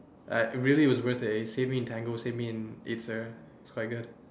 uh really it was worth it it saved me in tango it saved me in eight sir it's quite good